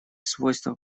свойства